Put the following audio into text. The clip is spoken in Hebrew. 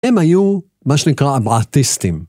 הם היו מה שנקרא בעתיסטים.